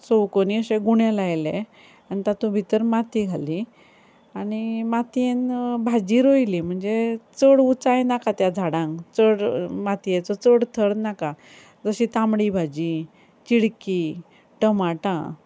चौकोनी अशे गुणे लायले आनी तातूंत भितर माती घाली आनी मातयेन भाजी रोयली म्हणजे चड उंचाय नाका त्या झाडांक चड मातयेचो चड थर नाका जशी तांबडी भाजी चिडकी टमाटां